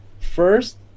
First